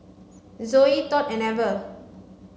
Zoey Todd and Ever